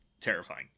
terrifying